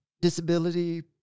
disability